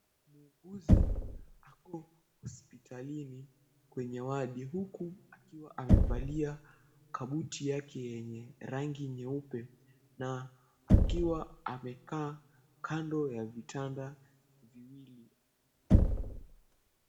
Muuguzi ako hospitalini kwenye wadi, huku akiwa amevalia kabuti yake yenye rangi nyeupe, na akiwa amekaa kando ya vitanda viwili.